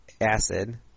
acid